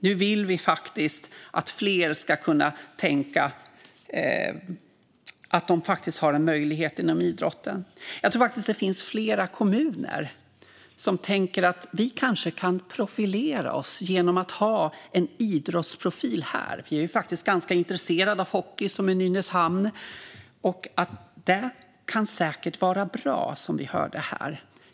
Nu vill vi att fler ska kunna tänka att de faktiskt har en möjlighet inom idrotten. Jag tror att det finns flera kommuner som tänker att de kanske kan profilera sig genom att ha en idrottsprofil där. "Vi är ju faktiskt ganska intresserade av hockey" kanske de tänker, som i Nynäshamn. Det kan säkert vara bra, som vi hörde här.